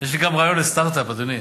יש לי גם רעיון לסטארט-אפ, אדוני: